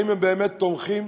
האם הם באמת תומכים?